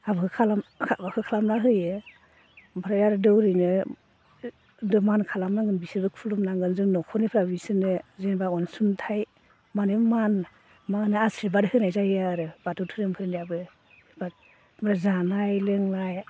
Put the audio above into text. हाबाखौ खालामना होयो ओमफ्राय आरो देउरिनो मान खालामनांगोन बिसोरबो खुलुमनांगोन जों न'खरनिफ्राय बिसोरनो जेनेबा अनसुंथाय माने मान मा होनो आसिरबाद होनाय जायो आरो बाथौ धोरोमफोरनियाबो ओमफ्राय जानाय लोंनाय